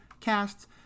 casts